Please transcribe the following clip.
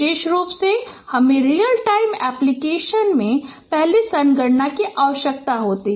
विशेष रूप से हमें रियल टाइम एप्लीकेशन में पहले संगणना की आवश्यकता होती है